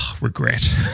regret